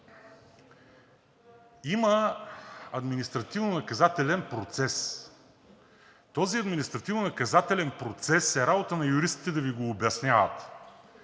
Има административнонаказателен процес. Този административнонаказателен процес е работа на юристите да Ви го обясняват